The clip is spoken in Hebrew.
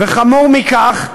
וחמור מכך,